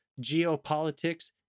geopolitics